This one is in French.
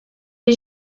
est